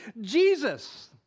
Jesus